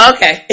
Okay